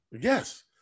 Yes